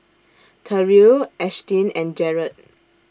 Terrill Ashtyn and Jaret